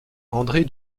andré